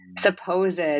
supposed